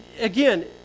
again